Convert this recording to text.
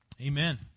Amen